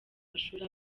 mashuri